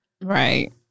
Right